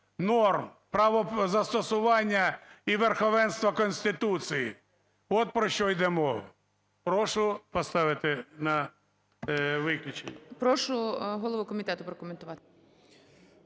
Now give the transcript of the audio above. норм правозастосування і верховенства Конституції. От про що йде мова. Прошу поставити на виключення. ГОЛОВУЮЧИЙ. Прошу голову комітету прокоментувати.